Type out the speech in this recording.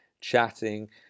chatting